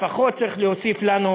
לפחות צריך להוסיף לנו,